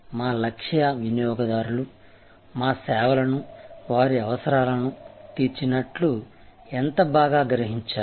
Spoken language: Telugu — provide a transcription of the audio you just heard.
మా లక్ష్య వినియోగదారులు మా సేవలను వారి అవసరాలను తీర్చినట్లు ఎంత బాగా గ్రహించారు